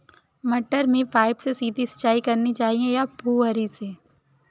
मटर में पाइप से सीधे सिंचाई करनी चाहिए या फुहरी से?